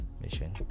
mission